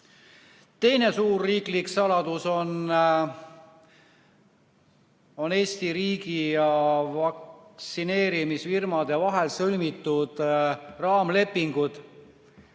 suur riiklik saladus on Eesti riigi ja vaktsineerimisfirmade vahel sõlmitud raamlepingud